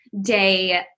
day